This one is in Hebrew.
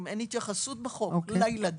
אם אין התייחסות בחוק לילדים,